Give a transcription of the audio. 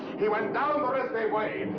he went down, the rest gave way!